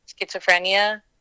schizophrenia